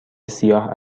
سیاه